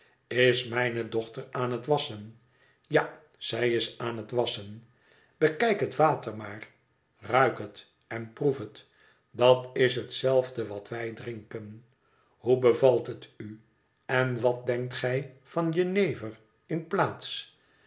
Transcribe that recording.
is mijne dochter aan het wasschen ja zij is aan het wasschen bekijk het water maar ruik het en proef het dat is hetzelfde dat wij drinken hoe bevalt het u en wat denkt gij van jenever in plaats